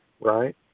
right